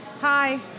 Hi